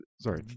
Sorry